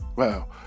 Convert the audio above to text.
Wow